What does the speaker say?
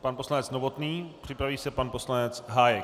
Pan poslanec Novotný, připraví se pan poslanec Hájek.